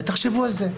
ותחשבו על זה,